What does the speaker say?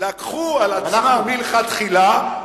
לקחו על עצמם מלכתחילה,